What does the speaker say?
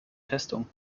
testung